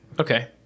Okay